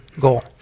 goal